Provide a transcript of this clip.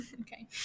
Okay